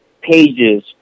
pages